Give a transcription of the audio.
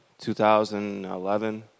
2011